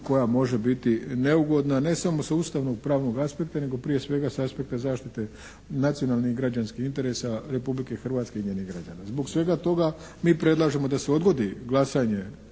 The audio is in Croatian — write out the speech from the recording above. koja može biti neugodna ne samo sa ustavnopravnog aspekta nego prije svega s aspekta zaštite nacionalnih građanskih interesa Republike Hrvatske i njenih građana. Zbog svega toga mi predlažemo da se odgodi glasanje